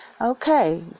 Okay